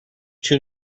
too